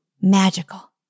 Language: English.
Magical